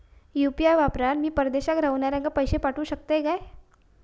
UPI वापरान मी परदेशाक रव्हनाऱ्याक पैशे पाठवु शकतय काय?